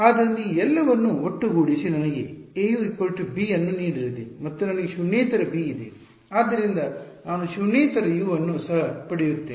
ಆದ್ದರಿಂದ ಈ ಎಲ್ಲವನ್ನು ಒಟ್ಟುಗೂಡಿಸಿ ನನಗೆ Aub ಅನ್ನು ನೀಡಲಿದೆ ಮತ್ತು ನನಗೆ ಶೂನ್ಯೇತರ b ಇದೆ ಆದ್ದರಿಂದ ನಾನು ಶೂನ್ಯೇತರ u ಅನ್ನು ಸಹ ಪಡೆಯುತ್ತೇನೆ